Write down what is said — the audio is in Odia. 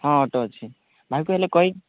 ହଁ ଅଟୋ ଅଛି ଭାଇକୁ ହେଲେ କହି